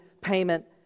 payment